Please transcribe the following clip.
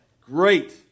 Great